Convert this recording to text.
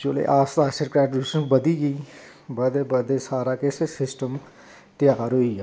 चलो आस्तै आस्तै तुसें गी बधी गेई बधदे बधदे सारा किश सिस्टम त्यार होई गेआ